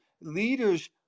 leaders